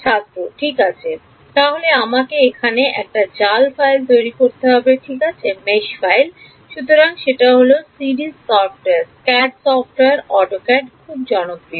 s ঠিক আছে তাহলে আমাকে এখানে একটা জাল ফাইল তৈরি করতে হবে ঠিক আছে সুতরাং সেটা হল সিএডি সফটওয়্যার অটোক্যাড খুব জনপ্রিয়